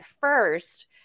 first